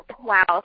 Wow